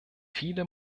viele